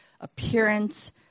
appearance